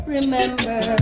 Remember